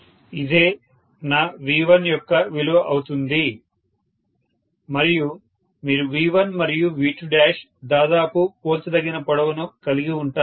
ఇదే నా V1 యొక్క విలువ అవుతుంది మరియు మీరు V1 మరియు V2 దాదాపు పోల్చదగిన పొడవును కలిగి ఉంటారు